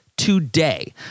today